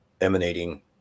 emanating